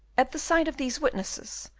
at the sight of these witnesses,